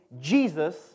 Jesus